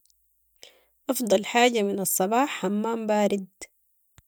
افضل حاجة من الصباح حمام بارد.